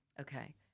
Okay